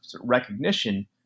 recognition